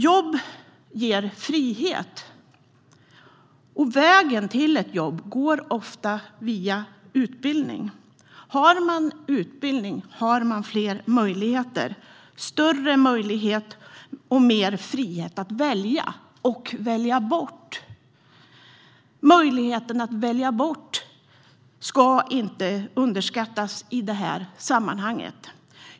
Jobb ger frihet. Vägen till ett jobb går ofta via utbildning. Har man utbildning har man fler möjligheter och mer frihet att välja och välja bort. Möjligheten att välja bort ska inte underskattas i detta sammanhang.